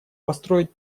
построить